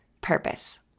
purpose